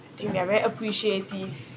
I think they are very appreciative